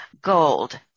gold